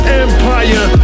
empire